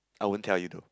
I won't tell you to